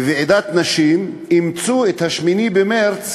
בוועידת נשים, אימצו את 8 במרס